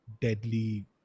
deadly